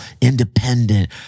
independent